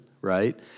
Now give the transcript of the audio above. right